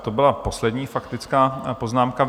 To byla poslední faktická poznámka.